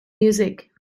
music